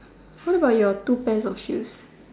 what about your two pairs of shoes